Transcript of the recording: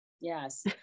Yes